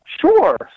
Sure